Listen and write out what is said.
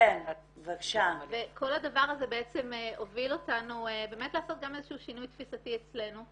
כל הדבר הזה הוביל אותנו לעשות שינוי תפיסתי אצלנו,